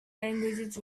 languages